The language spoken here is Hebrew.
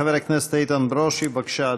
חבר הכנסת איתן ברושי, בבקשה,